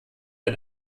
ein